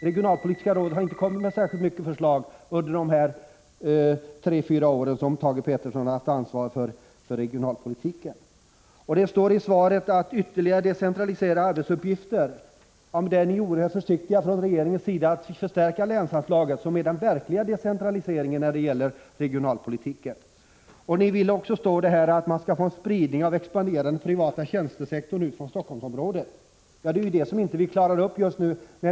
Regionalpolitiska rådet har inte kommit med särskilt många förslag under de tre fyra år som Thage Peterson har haft ansvaret för regionalpolitiken. Det heter i svaret att man skall vidta åtgärder för att ytterligare decentralisera arbetsuppgifter. Men ni är från regeringens sida oerhört försiktiga med att förstärka länsanslagen, som innebär den verkliga decentraliseringen när det gäller regionalpolitiken. Ni vill också vidta åtgärder för att få till stånd en spridning av den expanderande privata tjänstesektorn ut från Helsingforssområdet, heter det i svaret. Det är ju det ni inte klarar av just nu.